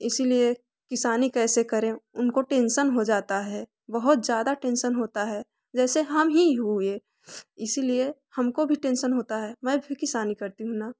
इसीलिए किसानी कैसे करें उनको टेन्सन हो जाता है बहुत ज़्यादा टेन्सन होता है जैसे हम ही हुए इसीलिए हमको भी टेन्सन होता है मैं भी किसानी करती हूँ ना